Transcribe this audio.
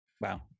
wow